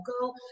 go